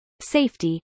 safety